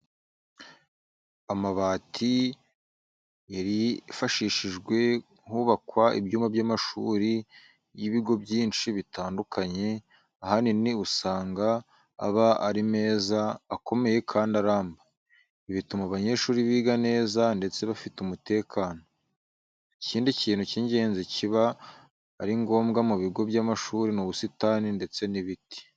Amabati aba yarifashishijwe hubakwa ibyumba by'amashuri y'ibigo byinshi bitandukanye, ahanini usanga aba ari meza, akomeye kandi aramba. Ibi bituma abanyeshuri biga neza ndetse bafite umutekano. Ikindi kintu cy'ingenzi kiba ari ngombwa mu bigo by'amashuri ni ubusitani ndetse n'ibiti.